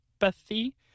empathy